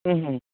হুম হুম